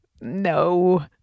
No